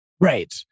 Right